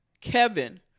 kevin